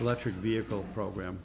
electric vehicle program